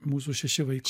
mūsų šeši vaikai